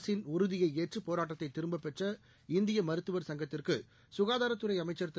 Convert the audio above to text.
அரசின் உறுதியை ஏற்று போராட்டத்தை திரும்பப் பெற்ற இந்திய மருத்துவர் சங்கத்துக்கு சுகாதாரத்துறை அமைச்சர் திரு